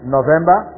November